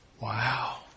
Wow